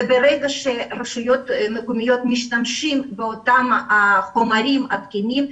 ברגע שרשויות מקומיות משתמשות באותם חומרים תקינים,